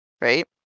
right